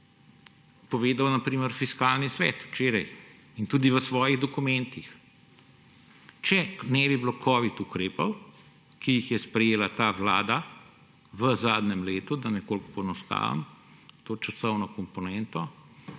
povedal na primer Fiskalni svet včeraj in tudi v svojih dokumentih. Če ne bi bilo covid ukrepov, ki jih je sprejela ta vlada v zadnjem letu, da nekoliko poenostavim to časovno komponento,